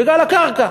בגלל הקרקע.